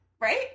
Right